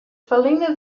ferline